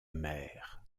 mer